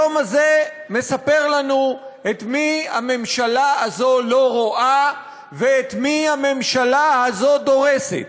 היום הזה מספר לנו את מי הממשלה הזו לא רואה ואת מי הממשלה הזו דורסת.